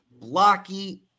blocky